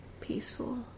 peaceful